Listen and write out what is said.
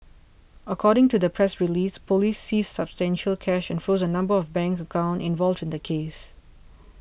according to the press release police seized substantial cash and froze a number of bank accounts involved in the case